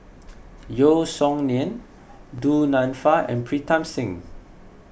Yeo Song Nian Du Nanfa and Pritam Singh